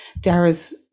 Dara's